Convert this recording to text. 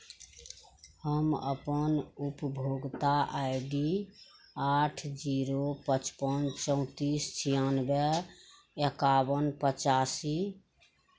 हम अपन उपभोक्ता आई डी आठ जीरो पचपन चौंतीस छियानबे एकाबन पचासी